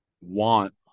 want